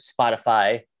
Spotify